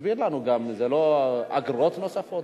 תסביר לנו גם, זה לא אגרות נוספות?